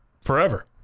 forever